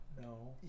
no